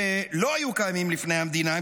שלא היו קיימים לפני המדינה,